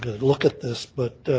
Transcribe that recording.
look at this but